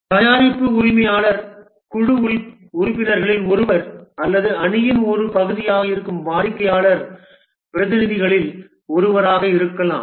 தயாரிப்பு உரிமையாளர் குழு உறுப்பினர்களில் ஒருவர் அல்லது அணியின் ஒரு பகுதியாக இருக்கும் வாடிக்கையாளர் பிரதிநிதிகளில் ஒருவராக இருக்கலாம்